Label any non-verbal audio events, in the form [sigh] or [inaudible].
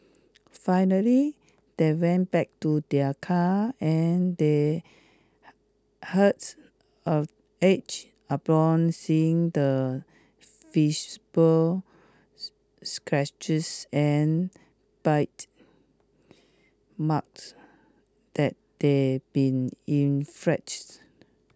finally they went back to their car and they hearts [unintelligible] aged upon seeing the visible [unintelligible] scratches and bite marks that [unintelligible] been [unintelligible]